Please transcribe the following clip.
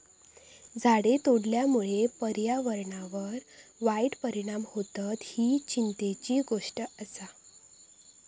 झाडे तोडल्यामुळे पर्यावरणावर वाईट परिणाम होतत, ही चिंतेची गोष्ट आसा